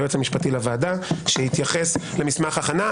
היועץ המשפטי לוועדה שיתייחס למסמך הכנה.